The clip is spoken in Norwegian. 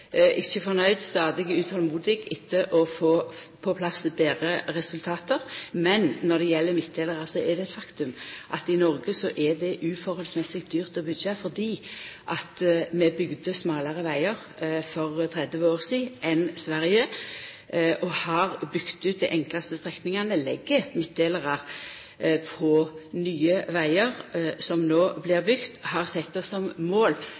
ikkje fornøgd. Eg er stadig utolmodig etter å få på plass betre resultat. Men når det gjeld midtdelarar, er det eit faktum at i Noreg er det uforholdsmessig dyrt å byggja dei fordi vi bygde smalare vegar for 30 år sidan enn Sverige. Vi har bygt ut dei enklaste strekningane, vi legg midtdelarar på nye vegar som no blir bygde. Vi har tidlegare sett oss som mål